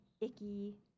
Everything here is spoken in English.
icky